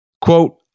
Quote